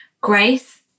grace